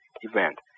event